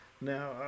now